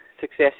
success